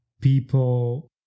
people